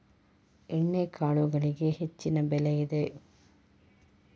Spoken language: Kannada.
ಎಣ್ಣಿಕಾಳುಗಳಿಗೆ ಹೆಚ್ಚಿನ ಬೆಲೆ ಇದೆ